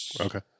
okay